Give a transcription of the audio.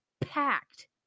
packed